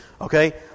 Okay